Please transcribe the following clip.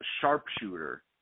sharpshooter